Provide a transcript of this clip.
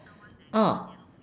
ah